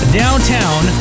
downtown